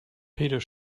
peter